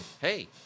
hey